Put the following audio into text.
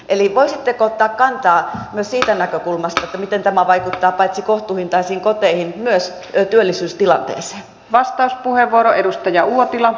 eli voisitteko ottaa kantaa myös siitä näkökulmasta miten tämä vaikuttaa paitsi kohtuuhintaisiin koteihin myös työllisyystilanteeseen